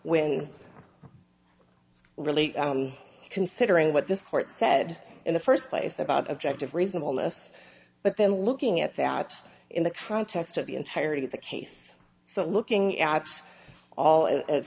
when really considering what this court said in the first place about objective reasonableness but then looking at that in the context of the entirety of the case so looking at all